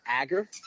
agar